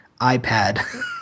iPad